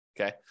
okay